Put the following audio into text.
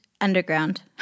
underground